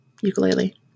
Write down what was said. ukulele